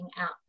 out